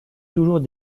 toujours